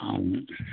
ऐं